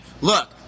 look